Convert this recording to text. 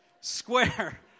Square